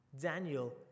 Daniel